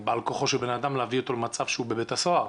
בעל כורחו של בנאדם להביא אותו למצב שהוא בבית הסוהר.